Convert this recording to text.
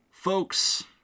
Folks